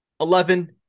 eleven